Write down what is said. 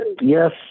Yes